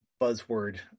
buzzword